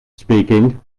speaking